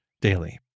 daily